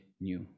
new